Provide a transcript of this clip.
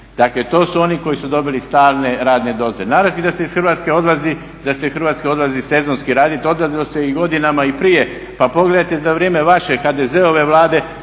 Dakle to su oni koji su dobili stalne radne dozvole. …/Govornik se ne razumije./… da se ih Hrvatske odlazi, da se iz Hrvatske odlazi sezonski raditi, odlazilo se i godinama i prije. Pa pogledajte za vrijeme vaše HDZ-ove Vlade,